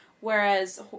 whereas